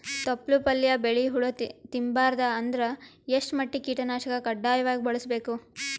ತೊಪ್ಲ ಪಲ್ಯ ಬೆಳಿ ಹುಳ ತಿಂಬಾರದ ಅಂದ್ರ ಎಷ್ಟ ಮಟ್ಟಿಗ ಕೀಟನಾಶಕ ಕಡ್ಡಾಯವಾಗಿ ಬಳಸಬೇಕು?